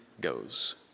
goes